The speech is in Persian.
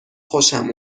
خوشم